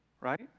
right